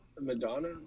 Madonna